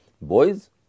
boys